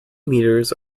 meters